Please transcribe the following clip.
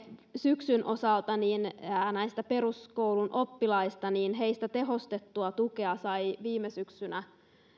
syksynä näistä peruskoulun oppilaista tehostettua tukea sai